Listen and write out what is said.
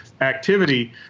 activity